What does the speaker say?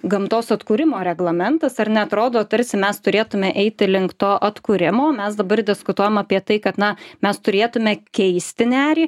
gamtos atkūrimo reglamentas ar neatrodo tarsi mes turėtume eiti link to atkūrimo mes dabar diskutuojam apie tai kad na mes turėtume keisti nerį